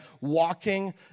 walking